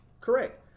Correct